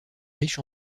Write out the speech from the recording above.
riche